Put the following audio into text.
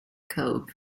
cove